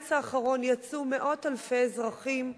בקיץ האחרון יצאו מאות אלפי אזרחים,